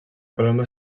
coloma